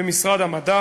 במשרד המדע,